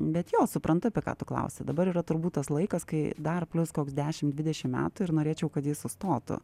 bet jo suprantu apie ką tu klausi dabar yra turbūt tas laikas kai dar plius koks dešim dvidešim metų ir norėčiau kad jis sustotų